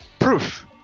proof